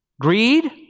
Greed